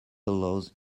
allows